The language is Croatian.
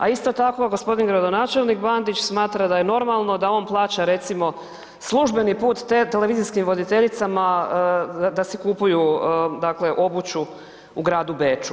A isto tako g. gradonačelnik Bandić smatra da je normalno da on plaća recimo službeni put televizijskim voditeljicama da si kupuju, dakle obuću u gradu Beču.